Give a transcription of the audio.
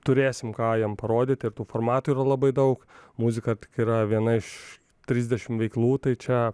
turėsim ką jiem parodyti ir tų formatų yra labai daug muzika tik yra viena iš trisdešim veiklų tai čia